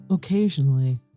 Occasionally